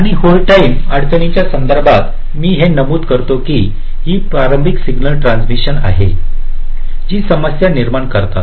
आणि hold time अडचणींच्या संदर्भात मी हे नमूद करतो की ही प्रारंभिक सिग्नल ट्रान्झिशन आहेत जी समस्या निर्माण करतात